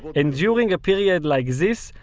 and during a period like this,